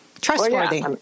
trustworthy